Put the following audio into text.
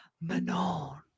Manon